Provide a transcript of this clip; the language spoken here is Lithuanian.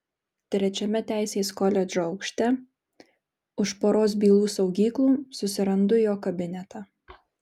trečiame teisės koledžo aukšte už poros bylų saugyklų susirandu jo kabinetą